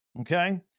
okay